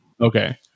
Okay